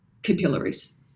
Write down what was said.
capillaries